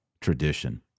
tradition